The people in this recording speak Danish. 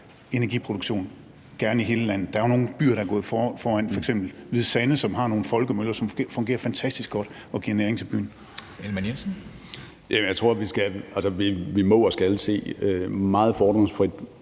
hele landet. Der er jo nogle byer, der er gået foran, f.eks. Hvide Sande, som har nogle folkemøller, som fungerer fantastisk godt og giver næring til byen. Kl. 14:02 Formanden (Henrik